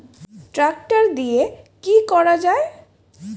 Tractor দিয়ে কি করা যায়?